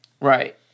Right